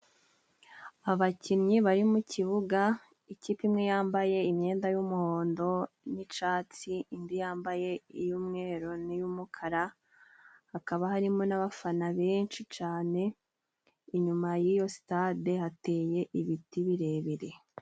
Abakinnyi bari mu kibuga, ikipe imwe yambaye imyenda y'umuhondo n'icyatsi, indi yambaye iy'umweru n'iy'umukara hakaba harimo n'abafana benshi cyane , inyuma y'iyo sitade hateye ibiti birebire.